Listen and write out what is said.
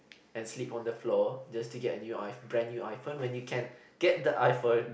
and sleep on the floor just to get a new a brand new iPhone when you can get the iPhone